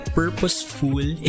purposeful